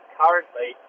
currently